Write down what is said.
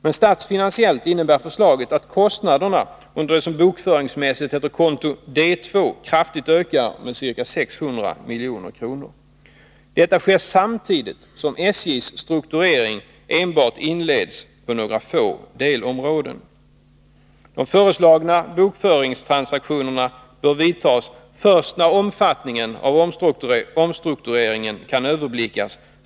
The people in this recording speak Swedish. Men statsfinansiellt innebär förslaget att kostnaderna under det konto som bokföringsmässigt kallas konto D 2 kraftigt ökar med ca 600 milj.kr. Detta sker samtidigt som SJ:s strukturering enbart inleds på några få delområden. De föreslagna bokföringstransaktionerna bör vidtas först när omfattningen av omstruktureringen kan överblickas.